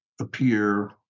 appear